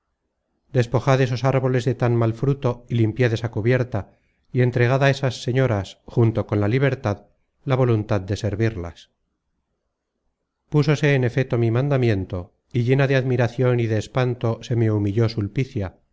despojad esos árboles de tan mal fruto y limpiad esa cubierta y entregad á esas señoras junto con la libertad la voluntad de servirlas púsose en efeto mi mandamiento y llena de admiracion y de espanto se me humilló sulpicia